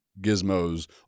gizmos